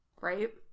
right